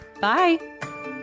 Bye